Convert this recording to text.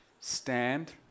stand